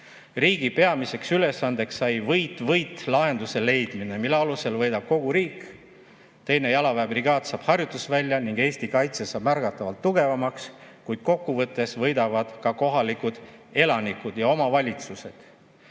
Riigi peamiseks ülesandeks sai võit-võit-lahenduse leidmine, mille alusel võidab kogu riik. 2. jalaväebrigaad saab harjutusvälja ning Eesti kaitse saab märgatavalt tugevamaks. Kuid kokkuvõttes võidavad ka kohalikud elanikud ja omavalitsused.